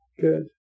good